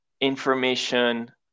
Information